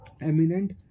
eminent